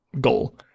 goal